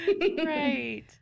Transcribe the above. Right